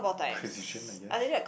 precision I guess